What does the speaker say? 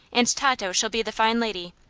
and tato shall be the fine lady,